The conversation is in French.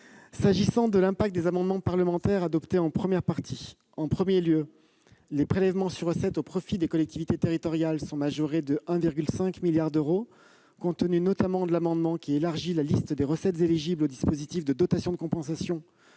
Commençons par l'impact des amendements parlementaires adoptés en première partie. En premier lieu, les prélèvements sur recettes au profit des collectivités territoriales sont majorés de 1,5 milliard d'euros, compte tenu, notamment, de l'adoption de l'amendement qui tendait à élargir la liste des recettes éligibles au dispositif de dotation de compensation